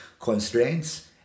constraints